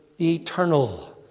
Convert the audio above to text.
eternal